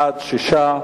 בעד, 6,